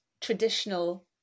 traditional